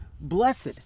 blessed